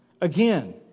Again